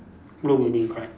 blue building correct